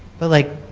but like